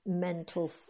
mental